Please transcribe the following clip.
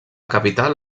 capital